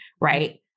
right